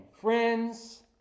friends